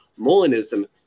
Molinism